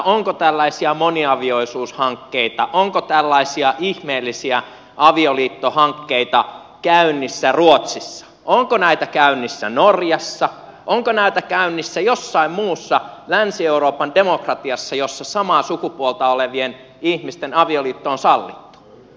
onko tällaisia moniavioisuushankkeita onko tällaisia ihmeellisiä avioliittohankkeita käynnissä ruotsissa onko näitä käynnissä norjassa onko näitä käynnissä jossain muussa länsi euroopan demokratiassa jossa samaa sukupuolta olevien ihmisten avioliitto on sallittu